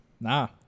Nah